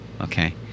okay